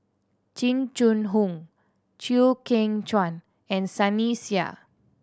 Jing Jun Hong Chew Kheng Chuan and Sunny Sia